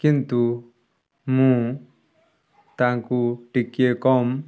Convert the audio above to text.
କିନ୍ତୁ ମୁଁ ତାଙ୍କୁ ଟିକେ କମ୍